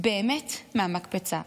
באמת, מהמקפצה.